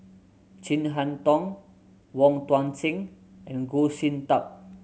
Chin Harn Tong Wong Tuang Seng and Goh Sin Tub